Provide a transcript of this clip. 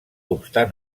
obstant